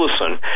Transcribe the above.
listen